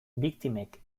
biktimek